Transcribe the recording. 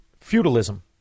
feudalism